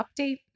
update